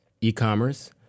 e-commerce